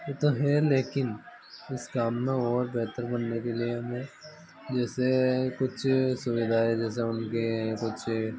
वो तो है लेकिन इस काम में और बेहतर बनने के लिए हमें जैसे कुछ सुविधाएँ जैसे उनके कुछ